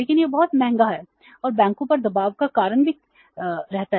लेकिन यह बहुत महंगा है और बैंकों पर दबाव का कारण भी कहता है